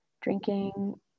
drinking